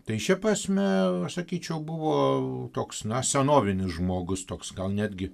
tai šia prasme sakyčiau buvo toks na senovinis žmogus toks gan netgi